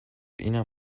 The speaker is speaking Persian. اینم